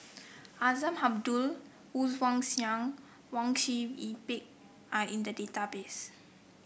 Azman Abdullah Woon Wah Siang Wang Sui Pick are in the database